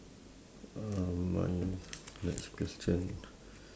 uh my next question